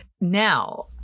now